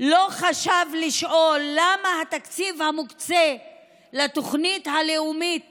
לא חשב לשאול למה לתוכנית הלאומית